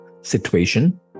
situation